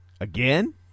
again